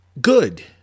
good